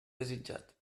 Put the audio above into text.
desitjat